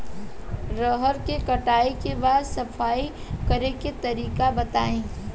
रहर के कटाई के बाद सफाई करेके तरीका बताइ?